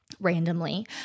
randomly